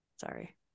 Sorry